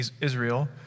Israel